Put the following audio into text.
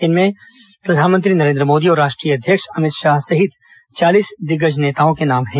इनमें प्रधानमंत्री नरेंद्र मोदी और राष्ट्रीय अध्यक्ष अमित शाह सहित चालीस दिग्गज नेताओं के नाम हैं